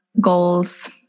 goals